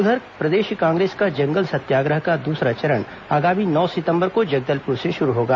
उधर प्रदेश कांग्रेस का जंगल सत्याग्रह का दूसरा चरण आगामी नौ सितंबर को जगदलपुर से शुरू होगा